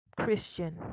Christian